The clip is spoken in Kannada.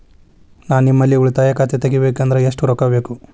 ನಾ ನಿಮ್ಮಲ್ಲಿ ಉಳಿತಾಯ ಖಾತೆ ತೆಗಿಬೇಕಂದ್ರ ಎಷ್ಟು ರೊಕ್ಕ ಬೇಕು?